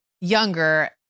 younger